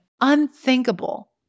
unthinkable